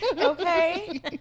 Okay